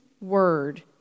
word